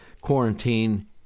quarantine